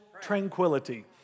tranquility